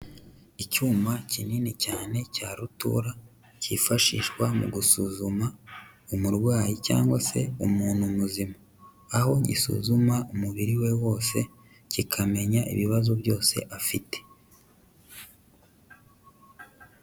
Icyuma kinini cyane cya rutura, cyifashishwa mu gusuzuma umurwayi cyangwa se umuntu muzima. Aho gisuzuma umubiri we wose, kikamenya ibibazo byose afite.